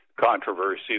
controversy